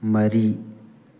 ꯃꯔꯤ